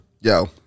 Yo